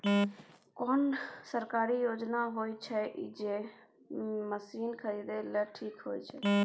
कोन सरकारी योजना होय इ जे मसीन खरीदे के लिए ठीक होय छै?